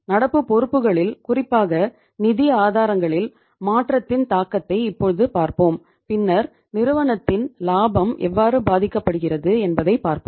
நடப்பு பொறுப்புகளில் குறிப்பாக நிதி ஆதாரங்களில் மாற்றத்தின் தாக்கத்தை இப்போது பார்ப்போம் பின்னர் நிறுவனத்தின் லாபம் எவ்வாறு பாதிக்கப்படுகிறது என்பதைப் பார்ப்போம்